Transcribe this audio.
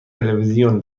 تلویزیون